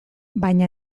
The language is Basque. baina